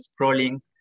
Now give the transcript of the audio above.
scrolling